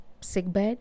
sickbed